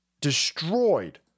destroyed